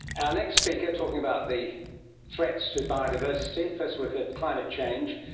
our next speaker talking about the threats to biodiversity, first we've heard climate change,